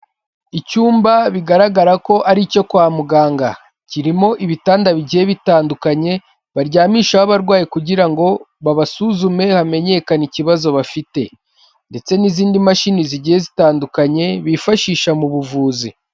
Icyumba bigaragara ko ari icyo kwa muganga, kirimo ibitanda bigiye bitandukanye, baryamishaho abarwayi kugira ngo babasuzume hamenyekane ikibazo bafite ndetse n'izindi mashini zigiye zitandukanye bifashisha mu buvuzi.